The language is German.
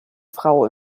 frau